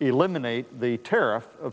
eliminate the t